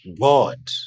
God